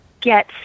get